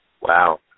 Wow